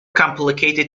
complicated